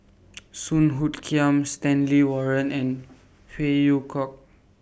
Song Hoot Kiam Stanley Warren and Phey Yew Kok